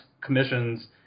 commissions